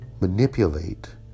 manipulate